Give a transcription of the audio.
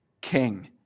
king